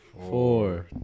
four